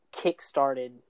kickstarted